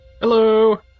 Hello